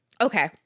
Okay